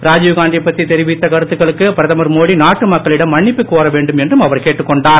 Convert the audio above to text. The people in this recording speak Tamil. ராஜீவ்காந்தி பற்றி தெரிவித்த கருத்துகளுக்கு பிரதமர் மோடி நாட்டு மக்களிடம் மன்னிப்பு கோர வேண்டும் என்றும் அவர் கேட்டுக் கொண்டார்